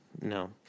no